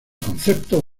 concepto